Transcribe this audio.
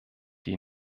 die